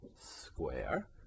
square